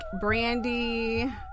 Brandy